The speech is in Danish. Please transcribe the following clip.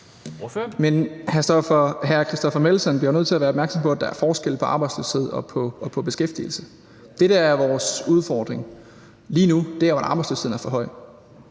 Men hr. Christoffer Aagaard Melson bliver jo nødt til at være opmærksom på, at der er forskel på det i forhold til arbejdsløshed og beskæftigelse. Det, der er vores udfordring lige nu, er jo, at arbejdsløsheden er for høj